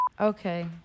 Okay